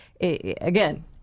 again